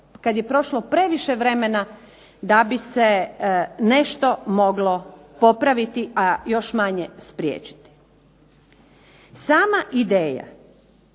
kada je prošlo previše vremena da bi se nešto moglo popraviti, a još manje spriječiti. Sama ideja